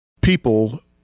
people